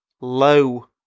low